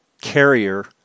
carrier